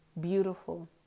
beautiful